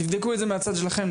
תבדקו את זה מהצד שלכם.